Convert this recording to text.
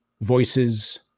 voices